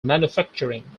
manufacturing